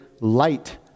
light